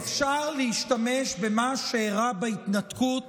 אפשר להשתמש במה שאירע בהתנתקות